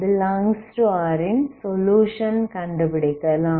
ன் சொலுயுஷன் கண்டுபிடிக்கலாம்